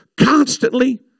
constantly